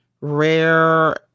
rare